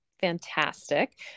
Fantastic